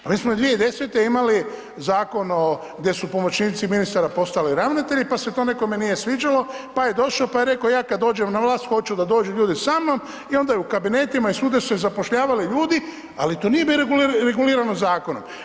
Pa mi smo 2010. imali zakon o gdje su pomoćnici ministara postali ravnatelji pa se to nekome nije sviđalo, pa je došo pa je reko ja kad dođem na vlast hoću da dođu ljudi sa mnom i onda je u kabinetima i svuda su se zapošljavali ljudi, ali to nije bilo regulirano zakonom.